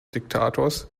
diktators